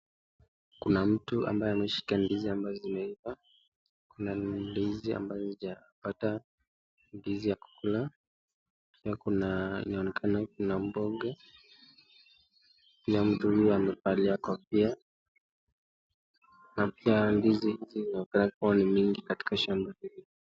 Kuna mtu ambaye ameshika ndizi ambazo zimeiva. Kuna ndizi ambazo hazijapata ndizi ya kula. Pia kuna inaonekana kuna mboga. Pia mtu huyu amevalia kofia. Na pia ndizi hizi zinaonekana kuwa ni nyingi katika shamba hili.